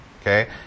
Okay